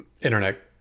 internet